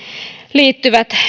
liittyvät